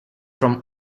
from